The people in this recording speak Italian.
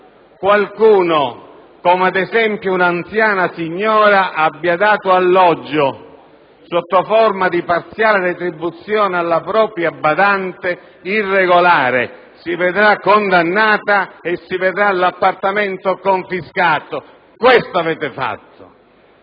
qualcuno, come ad esempio un'anziana signora, abbia dato alloggio sotto forma di parziale retribuzione alla propria badante irregolare. Ella si vedrà condannata e vedrà il proprio appartamento confiscato. Questo avete fatto!